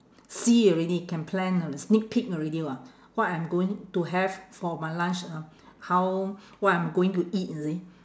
see already can plan alr~ sneak peek already [what] what I am going to have for my lunch uh how what I'm going to eat you see